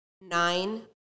nine